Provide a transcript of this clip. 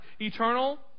Eternal